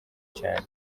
cyane